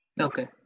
Okay